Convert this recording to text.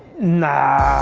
nah,